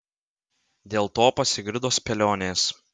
dėl to pasigirdo spėlionės